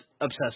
obsessed